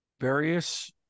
Various